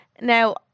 Now